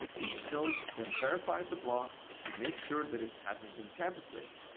each node then verifies the block to make sure that it hasn't been tampered with.